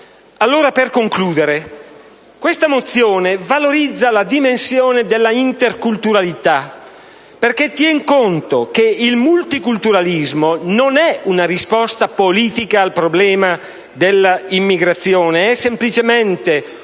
Per concludere, questa mozione valorizza la dimensione della interculturalità perché tiene in conto che il multiculturalismo non è una risposta politica al problema della immigrazione: è semplicemente una descrizione